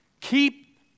keep